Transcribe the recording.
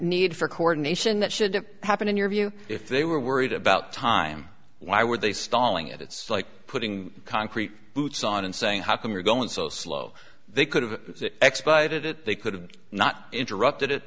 need for coordination that should happen in your view if they were worried about time why would they stalin it it's like putting concrete boots on and saying how come you're going so slow they could have exploited it they could have not interrupted